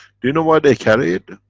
you you know why they carry it.